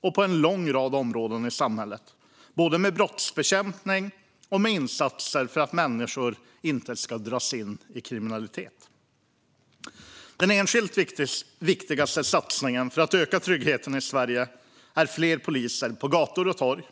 och på en lång rad områden i samhället, både med brottsbekämpning och med insatser för att människor inte ska dras in i kriminalitet. Den enskilt viktigaste satsningen för att öka tryggheten i Sverige är fler poliser på gator och torg